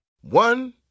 One